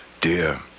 dear